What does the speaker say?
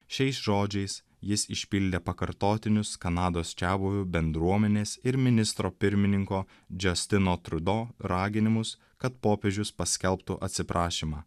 šiais žodžiais jis išpildė pakartotinius kanados čiabuvių bendruomenės ir ministro pirmininko džestino trudo raginimus kad popiežius paskelbtų atsiprašymą